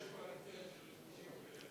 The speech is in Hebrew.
אין היגיון שיש קואליציה,